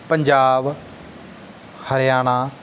Punjab Haryana